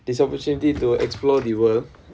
this opportunity to explore the world